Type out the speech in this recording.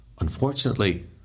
unfortunately